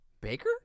Baker